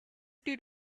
did